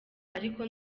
ariko